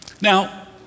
Now